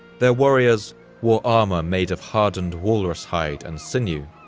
their warriors wore armor made of hardened walrus hide and sinew,